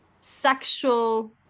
sexual